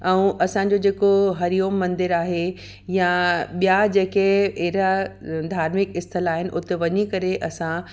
ऐं असांजो जेको हरिओम मंदरु आहे या ॿियां जेके अहिड़ा धार्मिक स्थल आहिनि उते वञी करे असां